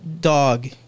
dog